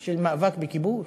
של מאבק בכיבוש?